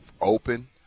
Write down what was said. open